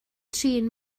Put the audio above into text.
trin